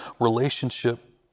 relationship